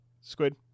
Squid